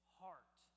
heart